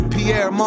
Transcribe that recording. Pierre